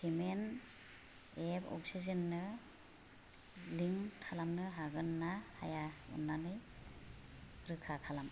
payment app अक्सिजेन नो link खालामनो हागोन ना हाया अननानै रोखा खालाम